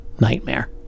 nightmare